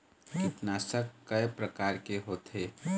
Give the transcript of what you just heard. कीटनाशक कय प्रकार के होथे?